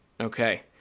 okay